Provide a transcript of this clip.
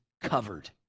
covered